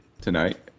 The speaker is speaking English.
tonight